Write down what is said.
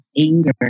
anger